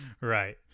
Right